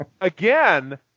again